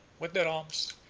with their arms,